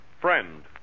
Friend